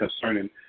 concerning